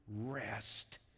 rest